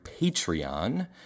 Patreon